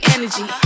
energy